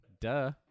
Duh